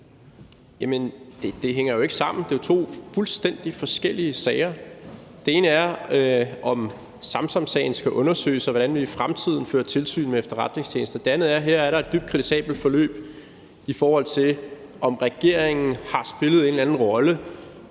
det hænger jo ikke sammen. Det er jo to fuldstændig forskellige sager. Den ene er, om Samsamsagen skal undersøges, og hvordan vi i fremtiden fører tilsyn med efterretningstjenesterne. Den anden er, at der her er et dybt kritisabelt forløb, i forhold til om regeringen har spillet en eller anden rolle